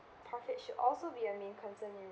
profit should also be a main concern in